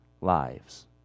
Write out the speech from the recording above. lives